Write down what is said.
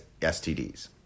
STDs